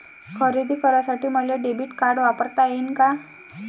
खरेदी करासाठी मले डेबिट कार्ड वापरता येईन का?